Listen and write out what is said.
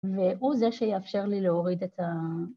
והוא זה שיאפשר לי להוריד את ה...